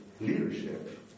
leadership